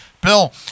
Bill